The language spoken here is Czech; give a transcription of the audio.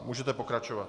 Můžete pokračovat.